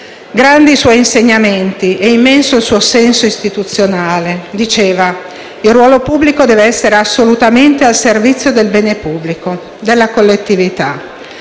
Grandi i suoi insegnamenti e immenso il suo senso istituzionale, diceva: il ruolo pubblico deve essere assolutamente al servizio del bene pubblico, della collettività.